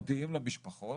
מודיעים למשפחות,